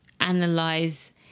analyze